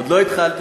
מהתחלה.